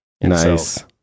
Nice